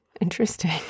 interesting